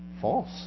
False